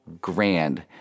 grand